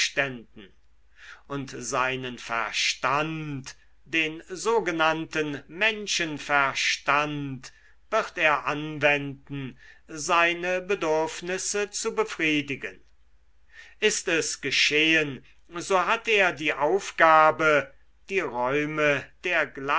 und seinen verstand den sogenannten menschenverstand wird er anwenden seine bedürfnisse zu befriedigen ist es geschehen so hat er die aufgabe die räume der